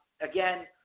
Again